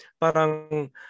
parang